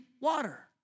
water